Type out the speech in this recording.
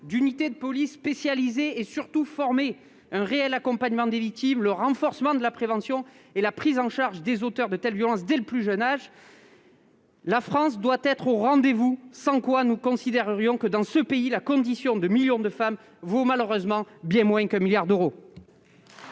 d'unités de police spécialisées et surtout formées, un réel accompagnement des victimes, le renforcement de la prévention et la prise en charge des auteurs de telles violences, et ce dès le plus jeune âge. La France doit être au rendez-vous. À défaut, nous considérerions que, dans ce pays, la condition de millions de femmes vaut malheureusement bien moins de 1 milliard d'euros.